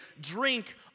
drink